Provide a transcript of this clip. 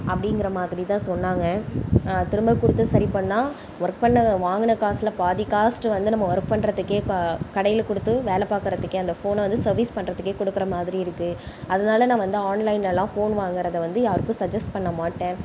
அப்படிங்கிற மாதிரி தான் சொன்னாங்க திரும்ப கொடுத்து சரி பண்ணால் ஒர்க் பண்ண வாங்கின காசில் பாதி காஸ்ட் வந்து நம்ம ஒர்க் பண்றதுக்கு கடையில் கொடுத்து வேலை பாக்கிறதுக்கே அந்த ஃபோனை வந்து சர்வீஸ் பண்ணுறதுக்கே கொடுக்குற மாதிரி இருக்கு அதனால நான் வந்து ஆன்லைன்லலாம் ஃபோன் வாங்கிறத வந்து யாருக்கும் சஜ்ஜெஸ் பண்ண மாட்டேன்